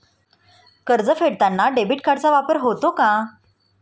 कर्ज फेडताना डेबिट कार्डचा वापर होतो का?